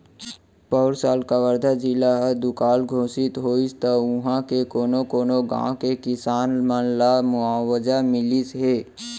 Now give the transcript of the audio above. पउर साल कवर्धा जिला ह दुकाल घोसित होइस त उहॉं के कोनो कोनो गॉंव के किसान मन ल मुवावजा मिलिस हे